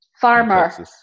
Farmer